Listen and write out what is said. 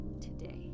today